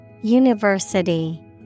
University